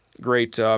great –